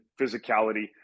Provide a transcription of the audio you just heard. physicality